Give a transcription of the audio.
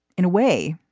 in a way,